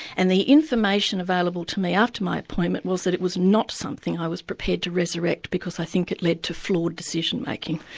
and the information available to me after my appointment was that it was not something i was prepared to resurrect, because i think it led to flawed decision-making.